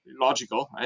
logical